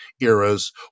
eras